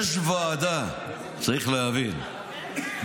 יש ועדה, צריך להבין.